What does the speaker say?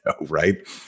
right